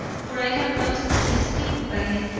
for i have lost esteem by it,